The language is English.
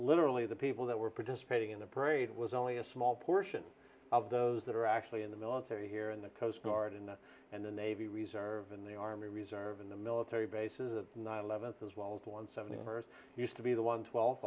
literally the people that were participating in the parade it was only a small portion of those that are actually in the military here in the coast guard in that and the navy reserve in the army reserve in the military bases of nine eleventh's as well as one seventy first used to be the one twel